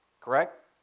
Correct